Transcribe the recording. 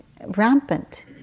rampant